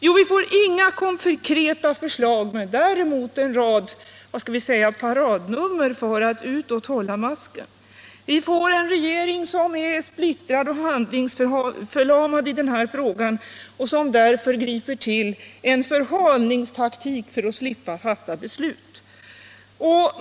Jo, vi får inga konkreta förslag, men däremot en rad ”paradnummer” för att utåt hålla masken. Vi får en regering som är splittrad och handlingsförlamad i den här frågan och därför griper till en förhalningstaktik för att slippa fatta beslut!